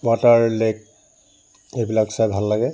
water lake এইবিলাক চাই ভাল লাগে